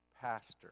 pastor